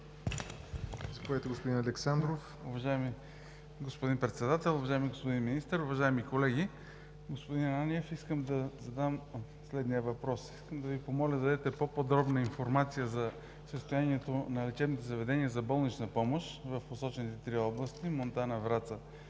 господин Председател, уважаеми господин Министър, уважаеми колеги! Господин Ананиев, искам да задам следния въпрос: моля Ви да дадете по-подробна информация за състоянието на лечебните заведения за болнична помощ в посочените три области – Монтана, Враца